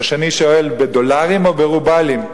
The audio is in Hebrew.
אז השני שואל: בדולרים או ברובלים?